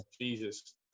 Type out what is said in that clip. Jesus